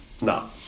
No